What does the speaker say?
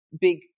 big